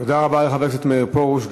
תודה רבה לחבר הכנסת מאיר פרוש.